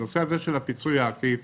בנושא הפיצוי העקיף